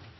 og